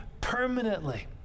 permanently